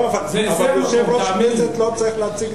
לא, אבל יושב-ראש כנסת לא צריך להציג דברים.